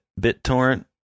BitTorrent